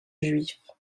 juifs